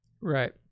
right